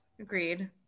Agreed